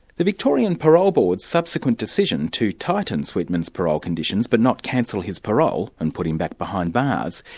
the victorian parole board's subsequent decision to tighten sweetman's parole conditions, but not cancel his parole and put him back behind bars,